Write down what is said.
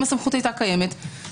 אם הסמכות היתה קיימת.